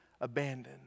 abandoned